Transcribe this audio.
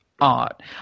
art